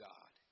God